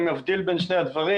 אני מבדיל בין שני הדברים.